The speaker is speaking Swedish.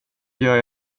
gör